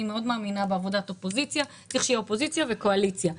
אני מאוד מאמינה בעבודת אופוזיציה וצריך שתהיה אופוזיציה וקואליציה,